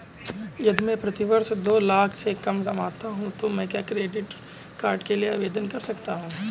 यदि मैं प्रति वर्ष दो लाख से कम कमाता हूँ तो क्या मैं क्रेडिट कार्ड के लिए आवेदन कर सकता हूँ?